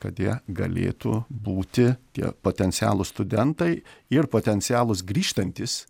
kad jie galėtų būti tie potencialūs studentai ir potencialūs grįžtantys